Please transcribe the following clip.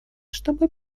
чтобы